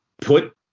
put